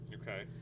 Okay